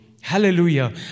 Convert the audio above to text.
Hallelujah